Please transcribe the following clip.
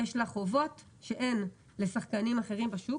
יש לה חובות שאין לשחקנים אחרים בשוק,